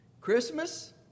Christmas